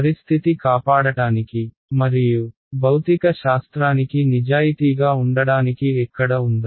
పరిస్థితి కాపాడటానికి మరియు భౌతిక శాస్త్రానికి నిజాయితీగా ఉండడానికి ఎక్కడ ఉందా